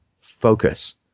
focus